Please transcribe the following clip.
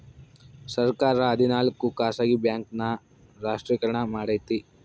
ಸರ್ಕಾರ ಹದಿನಾಲ್ಕು ಖಾಸಗಿ ಬ್ಯಾಂಕ್ ನ ರಾಷ್ಟ್ರೀಕರಣ ಮಾಡೈತಿ